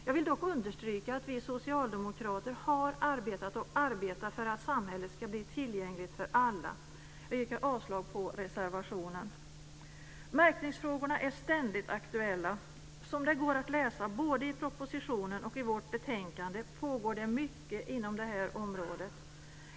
Jag vill dock understryka att vi socialdemokrater har arbetat och arbetar för att samhället ska bli tillgängligt för alla. Jag yrkar avslag på reservationen. Märkningsfrågorna är ständigt aktuella. Som det går att läsa både i propositionen och i vårt betänkande pågår det mycket inom det här området.